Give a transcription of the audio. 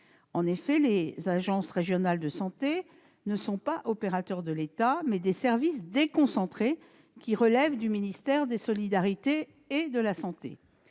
En effet, les agences régionales de santé ne sont pas des opérateurs de l'État, mais sont des services déconcentrés qui relèvent du ministère des solidarités et de la santé.